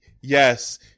Yes